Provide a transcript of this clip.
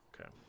Okay